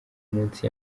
munsi